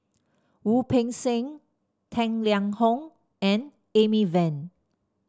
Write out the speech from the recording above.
Wu Peng Seng Tang Liang Hong and Amy Van